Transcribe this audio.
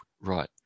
Right